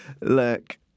Look